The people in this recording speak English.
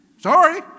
Sorry